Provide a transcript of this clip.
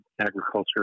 agriculture